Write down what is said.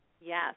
Yes